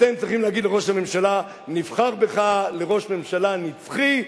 אתם צריכים להגיד לראש הממשלה: נבחר בך לראש ממשלה נצחי,